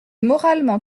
moralement